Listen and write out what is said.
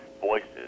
voices